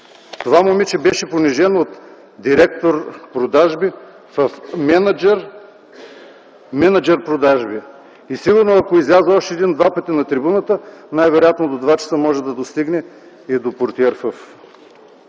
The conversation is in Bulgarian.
това момиче беше понижено от „директор – продажби”, в „мениджър – продажби”. Сигурно ако изляза още един-два пъти на трибуната, най-вероятно до 14,00 ч. може да стигне и до портиер в